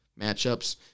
matchups